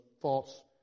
false